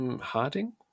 Harding